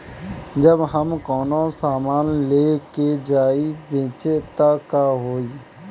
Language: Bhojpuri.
जब हम कौनो सामान ले जाई बेचे त का होही?